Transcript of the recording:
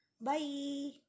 Bye